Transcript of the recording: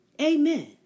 Amen